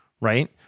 Right